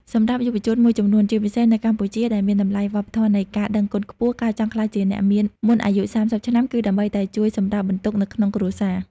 សម្រាប់យុវជនមួយចំនួន ជាពិសេសនៅកម្ពុជា ដែលមានតម្លៃវប្បធម៌នៃការដឹងគុណខ្ពស់ ការចង់ក្លាយជាអ្នកមានមុនអាយុ ៣០ ឆ្នាំ គឺដើម្បីតែជួយសម្រាលបន្ទុកនៅក្នុងគ្រួសារ។